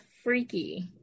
Freaky